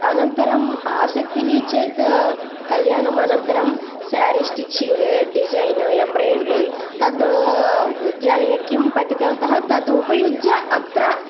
अनन्तरम् आसक्तिः चेत् कल्याणम् अनन्तरं सारी स्टिचिङ्ग् डिज़ैन् एम्ब्रायिडरि तत् विद्यालये किं पठितवन्तः तदुपयुज्य अत्र